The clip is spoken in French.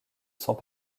sans